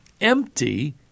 empty